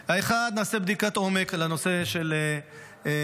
העניין, נעשה בדיקת עומק על הנושא של דפוס.